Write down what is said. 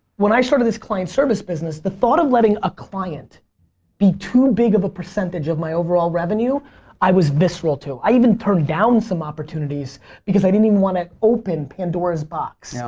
when i started this client service business the thought of letting a client be too big of a percentage of my overall revenue i was visceral to. i even turned out some opportunities because i didn't want to open pandora's box. yeah